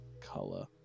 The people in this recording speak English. color